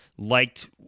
liked